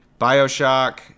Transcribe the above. bioshock